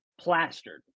plastered